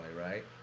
right